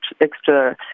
extra